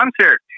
concert